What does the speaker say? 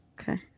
Okay